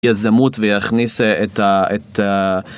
יזמות ויכניס את ה...